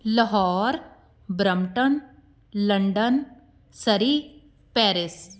Lahore Brampton London Surrey Paris